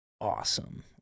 awesome